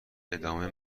ادامه